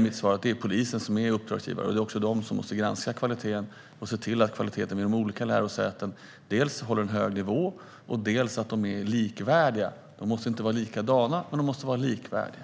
Mitt svar är att det är polisen som är uppdragsgivare. Det är också polisen som måste granska kvaliteten och se till att kvaliteten vid de olika lärosätena dels håller en hög nivå, dels är likvärdig. De behöver inte vara likadana, men de måste vara likvärdiga.